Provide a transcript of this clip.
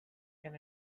can